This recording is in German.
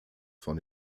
von